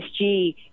SG